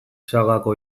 sagako